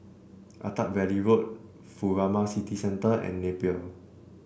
Attap Valley Road Furama City Centre and Napier